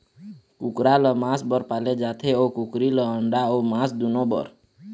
कुकरा ल मांस बर पाले जाथे अउ कुकरी ल अंडा अउ मांस दुनो बर